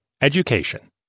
education